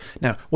Now